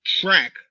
track